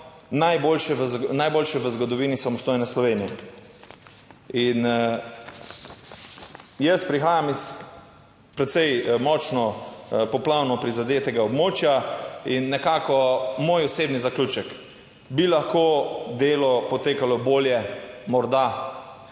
najboljše v zgodovini samostojne Slovenije. In jaz prihajam iz precej močno poplavno prizadetega območja in nekako moj osebni zaključek; bi lahko delo potekalo bolje? Morda.